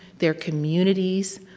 their communities,